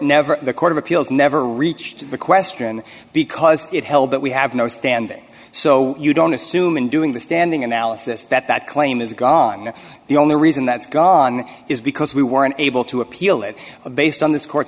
never the court of appeals never reached the question because it held that we have no standing so you don't assume in doing the standing analysis that that claim is gone the only reason that's gone is because we weren't able to appeal it based on this court